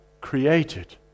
created